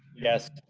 yes.